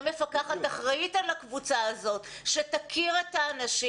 מפקחת אחראית על הקבוצה הזאת שתכיר את האנשים,